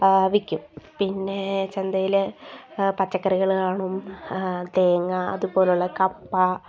ആ വിൽക്കും പിന്നെ ചന്തയിൽ പച്ചക്കറികൾ കാണും തേങ്ങാ അതുപോലെയുള്ള കപ്പ